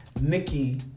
Nikki